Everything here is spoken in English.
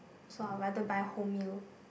so I rather buy wholemeal